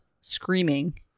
screaming